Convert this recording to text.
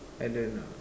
I don't know